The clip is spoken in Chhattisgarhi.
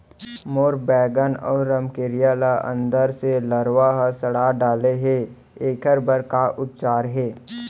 मोर बैगन अऊ रमकेरिया ल अंदर से लरवा ह सड़ा डाले हे, एखर बर का उपचार हे?